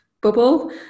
bubble